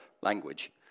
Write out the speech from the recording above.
language